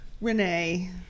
Renee